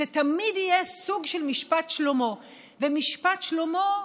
זה תמיד יהיה סוג של משפט שלמה, ומשפט שלמה,